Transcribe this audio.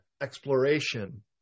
exploration